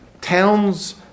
Towns